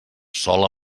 sol